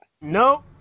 Nope